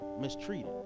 mistreated